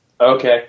Okay